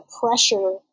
pressure